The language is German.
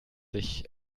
sich